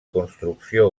construcció